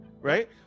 Right